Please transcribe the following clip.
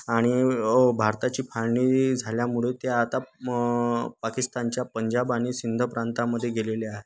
आणि भारताची फाळणी झाल्यामुळे ते आता पाकिस्तानच्या पंजाब आणि सिंध प्रांतामध्ये गेलेले आहेत